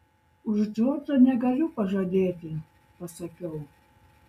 už džordžą negaliu pažadėti pasakiau